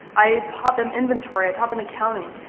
i taught them inventory. i taught them accounting,